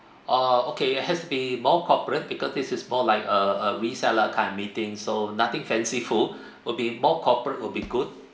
orh okay it has to be more corporate because this is more like a a reseller kind of meeting so nothing fanciful will be more corporate will be good